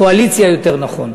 הקואליציה, יותר נכון.